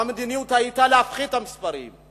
והמדיניות היתה להפחית את המספרים,